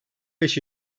beş